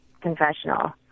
confessional